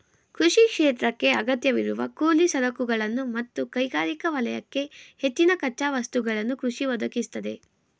ಕೃಷಿ ಕ್ಷೇತ್ರಕ್ಕೇ ಅಗತ್ಯವಿರುವ ಕೂಲಿ ಸರಕುಗಳನ್ನು ಮತ್ತು ಕೈಗಾರಿಕಾ ವಲಯಕ್ಕೆ ಹೆಚ್ಚಿನ ಕಚ್ಚಾ ವಸ್ತುಗಳನ್ನು ಕೃಷಿ ಒದಗಿಸ್ತದೆ